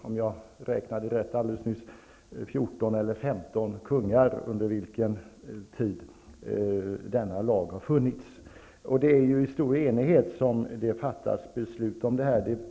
Om jag räknade rätt alldeles nyss har denna lag funnits under 14 eller 15 kungar. Det är i stor enighet beslut om detta fattas.